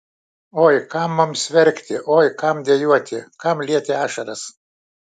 oi kam mums verkti oi kam dejuoti kam lieti ašaras